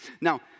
Now